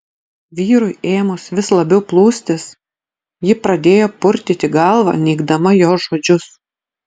vyrui ėmus vis labiau plūstis ji pradėjo purtyti galvą neigdama jo žodžius